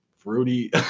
fruity